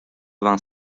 vingt